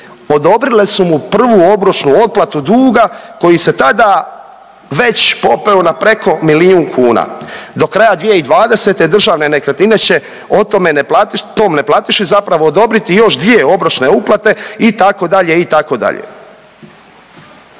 odobrile su mu prvu obročnu otplatu duga koji se tada već popeo na preko milijun kuna. Do kraja 2020. Državne nekretnine će o tome, tom neplatiši zapravo odobriti još dvije obročne uplate i